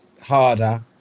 harder